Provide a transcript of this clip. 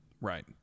Right